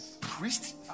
priest